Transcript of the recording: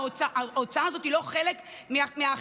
ההוצאה הזאת היא לא חלק מההכנסה,